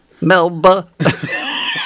melba